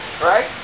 Right